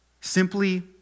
Simply